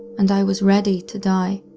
and i was ready to die.